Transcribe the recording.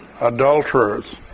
Adulterers